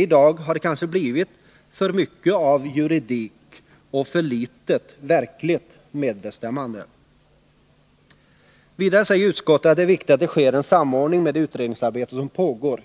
I dag har det kanske blivit för mycket juridik och för litet verkligt medbestämmande. Vidare säger utskottet att det är viktigt att det sker en samordning med det utredningsarbete som pågår.